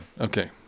Okay